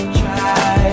try